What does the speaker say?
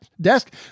desk